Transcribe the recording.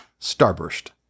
Starburst